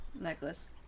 necklace